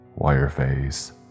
Wireface